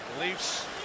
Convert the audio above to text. Leafs